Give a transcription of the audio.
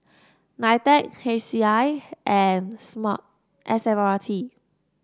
Nitec H C I and Smart S M R T